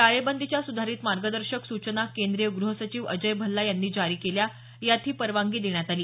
टाळेबंदीच्या सुधारित मार्गदर्शक सूचना केंद्रीय ग्रह सचिव अजय भल्ला यांनी जारी केल्या यात ही परवानगी देण्यात आली